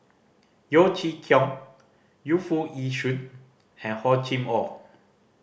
Yeo Chee Kiong Yu Foo Yee Shoon and Hor Chim Or